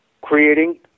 creating